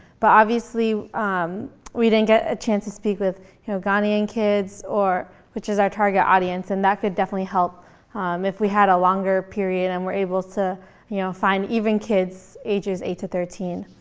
but obviously um we didn't get a chance to speak with you know ghanaian kids, which is our target audience. and that could definitely help um if we had a longer period and were able to you know find even kids ages eight to thirteen.